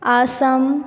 Assam